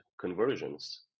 conversions